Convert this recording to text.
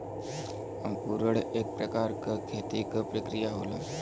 अंकुरण एक प्रकार क खेती क प्रक्रिया होला